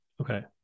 Okay